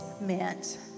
meant